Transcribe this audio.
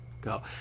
go